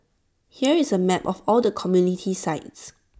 here is A map of all the community sites